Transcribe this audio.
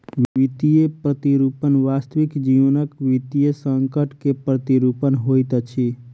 वित्तीय प्रतिरूपण वास्तविक जीवनक वित्तीय संकट के प्रतिरूपण होइत अछि